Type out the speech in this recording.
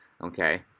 okay